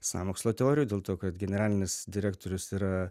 sąmokslo teorijų dėl to kad generalinis direktorius yra